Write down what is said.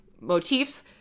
motifs